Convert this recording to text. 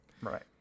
right